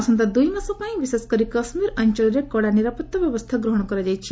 ଆସନ୍ତା ଦୁଇ ମାସ ପାଇଁ ବିଶେଷକରି କାଶ୍ମୀର ଅଞ୍ଚଳରେ କଡ଼ା ନିରାପତ୍ତା ବ୍ୟବସ୍ଥା ଗ୍ରହଣ କରାଯାଇଛି